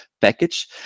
package